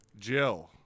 Jill